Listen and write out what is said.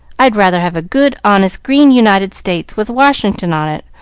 i'd rather have a good, honest green united states, with washington on it,